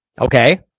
Okay